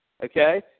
Okay